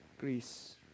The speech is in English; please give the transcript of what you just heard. Greece